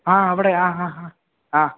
ആ അവിടെ ആ ഹാ ഹാ ആ